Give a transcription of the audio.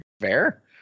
Fair